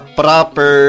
proper